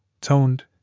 toned